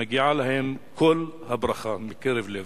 מגיעה להם כל הברכה מקרב לב.